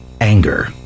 anger